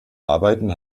arbeiten